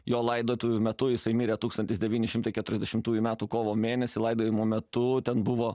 jo laidotuvių metu jisai mirė tūkstantis devyni šimtai keturiasdešimtųjų metų kovo mėnesį laidojimo metu ten buvo